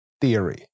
theory